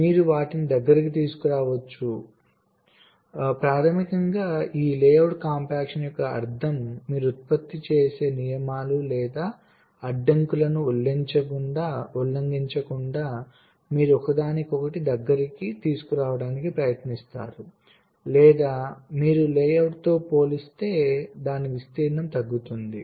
మీరు వాటిని దగ్గరకు తీసుకురావచ్చు ప్రాథమికంగా ఈ లేఅవుట్ కాంపాక్షన్ యొక్క అర్థం మీరు ఉత్పత్తి చేసే నియమాలు లేదా అడ్డంకులను ఉల్లంఘించకుండా మీరు ఒకదానికొకటి దగ్గరకు తీసుకురావడానికి ప్రయత్నిస్తారు లేదా మీరు లేఅవుట్తో పోలిస్తే దాని విస్తీర్ణం తగ్గుతుంది